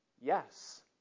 Yes